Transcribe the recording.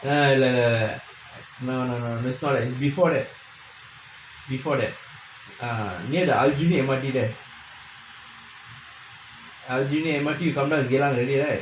err இல்ல இல்ல இல்ல இல்ல:illa illa illa illa no no no that's not like before that before that err near the aljunied M_R_T there aljunied M_R_T you come down to geylang already right